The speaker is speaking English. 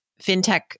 fintech